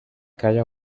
calla